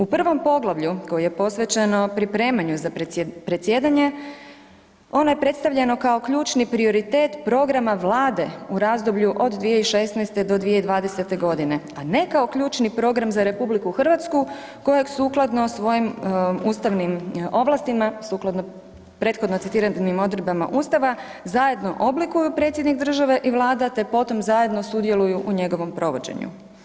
U prvom poglavlju koje je posvećeno pripremanju za predsjedanje ono je predstavljeno kao ključni prioritet programa vlade u razdoblju od 2016.-2020.g., a ne kao ključni program za RH kojeg sukladno svojim ustavim ovlastima, sukladno prethodno citiranim odredbama ustava zajedno oblikuju predsjednik države i vlada, te potom zajedno sudjeluju u njegovom provođenju.